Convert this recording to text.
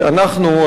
שאנחנו,